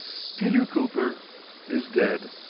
peter cooper is dead!